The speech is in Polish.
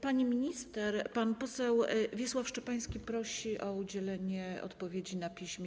Pani minister, pan poseł Wiesław Szczepański prosi o udzielenie odpowiedzi na piśmie.